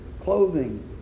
clothing